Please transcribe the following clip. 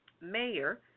Mayor